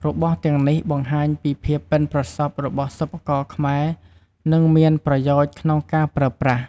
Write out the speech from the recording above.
របស់ទាំងនេះបង្ហាញពីភាពប៉ិនប្រសប់របស់សិប្បករខ្មែរ និងមានប្រយោជន៍ក្នុងការប្រើប្រាស់។